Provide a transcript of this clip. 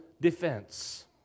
defense